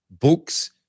books